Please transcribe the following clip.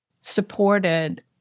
supported